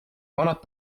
vanad